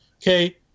Okay